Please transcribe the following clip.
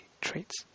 traits